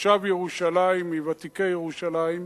תושב ירושלים, מוותיקי ירושלים,